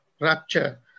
Rapture